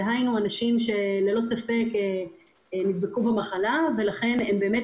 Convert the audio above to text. דהיינו כלפי אנשים שללא ספק נדבקו במחלה והם באמת